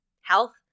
health